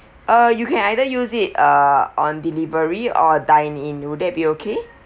uh you can either use it uh on delivery or dine in would that be okay